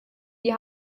die